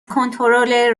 کنترل